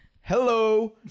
Hello